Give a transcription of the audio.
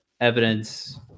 evidence